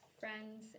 friends